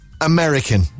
American